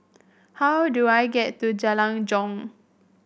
how do I get to Jalan Jong